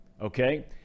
okay